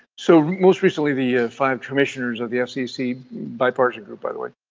so most recently, the five commissioners of the fcc bipartisan group by the way,